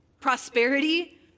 prosperity